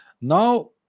Now